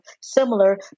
similar